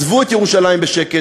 אז עזבו את ירושלים בשקט,